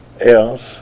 else